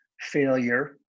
failure